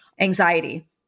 anxiety